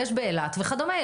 ויש באילת וכדומה.